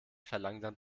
verlangsamt